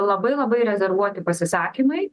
labai labai rezervuoti pasisakymai